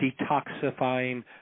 detoxifying